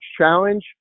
Challenge